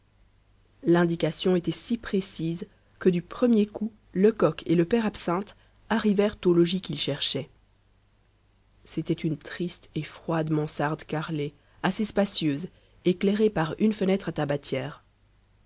l'indication était si précise que du premier coup lecoq et le père absinthe arrivèrent au logis qu'ils cherchaient c'était une triste et froide mansarde carrelée assez spacieuse éclairée par une fenêtre à tabatière